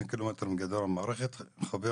שנמצא שני קילומטר מגדר המערכת וזה יישוב חבר